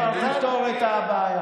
היא כבר תפתור את הבעיה.